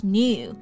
new